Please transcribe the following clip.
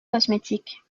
cosmétique